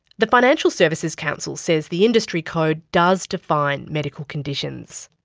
the financial services council says the industry code does define medical conditions.